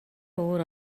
өөр